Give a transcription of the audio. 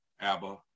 Abba